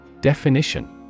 Definition